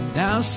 now